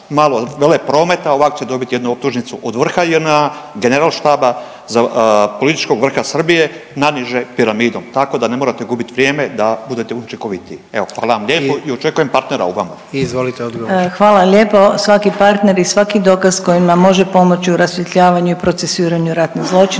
Hvala lijepo. Svaki partner i svaki dokaz koji nam može pomoći u rasvjetljavanju i procesuiranju ratnih zločina